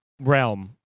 realm